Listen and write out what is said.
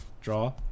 Draw